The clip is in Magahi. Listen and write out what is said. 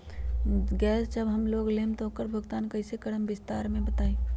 गैस जब हम लोग लेम त उकर भुगतान कइसे करम विस्तार मे बताई?